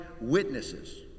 witnesses